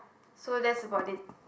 so that's about it